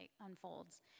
unfolds